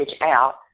out